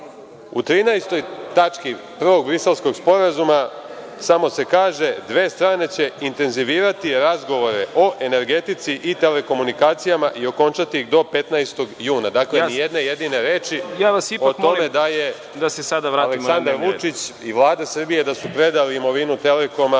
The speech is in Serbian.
U 13. tački Prvog Briselskog sporazuma samo se kaže – dve strane će intenzivirati razgovore o energetici i telekomunikacijama i okončati ih do 15. juna. Dakle, ni jedne jedine reči o tome da je Aleksandar Vučić… **Đorđe Milićević** Ja vas molim da